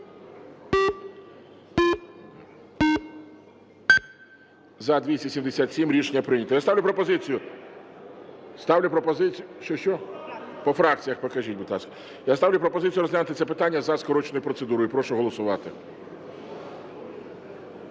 покажіть, будь ласка. Я ставлю пропозицію розглянути це питання за скороченою процедурою. Прошу голосувати.